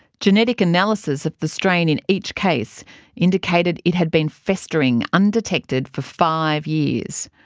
genetic analysis of the strain in each case indicated it had been festering undetected for five years.